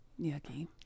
Yucky